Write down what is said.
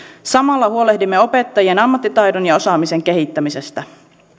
samalla huolehdimme opettajien ammattitaidon ja osaamisen kehittämisestä